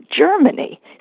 Germany